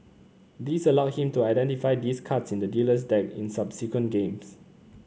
this allowed him to identify these cards in the dealer's deck in subsequent games